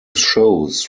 shows